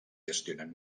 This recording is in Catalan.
gestionen